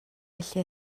felly